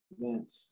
event